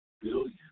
billion